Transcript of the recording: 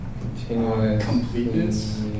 Completeness